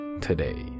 today